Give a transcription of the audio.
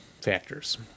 factors